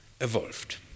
evolved